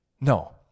No